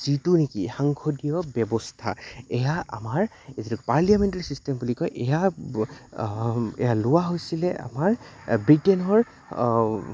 যিটো নেকি সাংসদীয় ব্যৱস্থা এয়া আমাৰ এই যিটো পাৰ্লিয়ামেণ্টাৰী ছিষ্টেম বুলি কয় এয়া এয়া লোৱা হৈছিলে আমাৰ ব্ৰিটে'নৰ